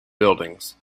buildings